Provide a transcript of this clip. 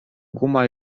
guma